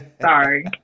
Sorry